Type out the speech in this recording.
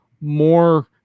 more